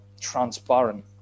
transparent